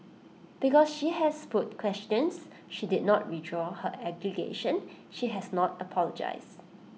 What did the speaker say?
because she has put questions she did not withdraw her allegation she has not apologised